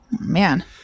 Man